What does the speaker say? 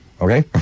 Okay